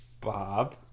bob